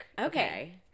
Okay